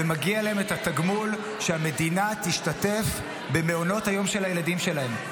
ומגיע להם את התגמול שהמדינה תשתתף במעונות היום של הילדים שלהם.